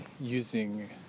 using